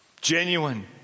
Genuine